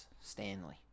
Stanley